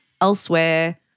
elsewhere